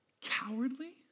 Cowardly